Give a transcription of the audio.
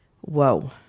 whoa